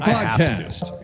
Podcast